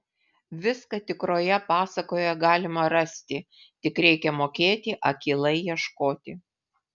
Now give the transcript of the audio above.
viską tikroje pasakoje galima rasti tik reikia mokėti akylai ieškoti